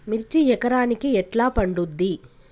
మిర్చి ఎకరానికి ఎట్లా పండుద్ధి?